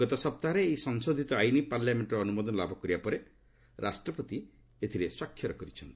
ଗତ ସପ୍ତାହରେ ଏହି ସଂଶୋଧିତ ଆଇନ ପାର୍ଲାମେଣ୍ଟର ଅନ୍ରମୋଦନ ଲାଭ କରିବା ପରେ ରାଷ୍ଟ୍ରପତି ଏଥିରେ ସ୍ପାକ୍ଷର କରିଛନ୍ତି